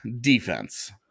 defense